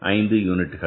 5 யூனிட்டுகள்